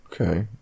Okay